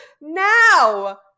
now